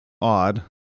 Odd